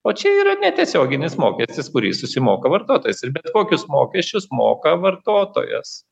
o čia yra netiesioginis mokestis kurį susimoka vartotojas ir bet kokius mokesčius moka vartotojas